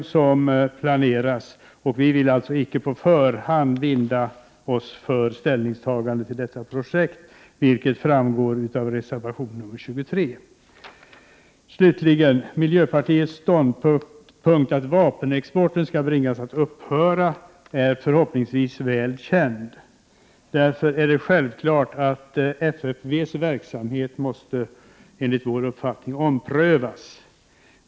Vi vill alltså icke på förhand bestämma oss för ställningstagande till detta projekt, vilket framgår av reservation 23, som jag också yrkar bifall till. Slutligen: Miljöpartiets ståndpunkt att vapenexporten skall bringas att upphöra är förhoppningsvis väl känd. Enligt vår uppfattning är det självklart att FFV:s verksamhet måste omprövas.